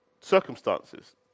circumstances